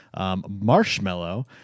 Marshmallow